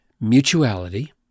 mutuality